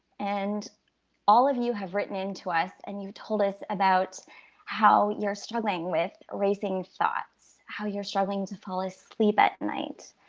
and all of you have written into us, and you've told us about how you're struggling with racing thoughts, how you're struggling to fall asleep at night,